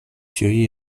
ĉiuj